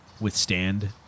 withstand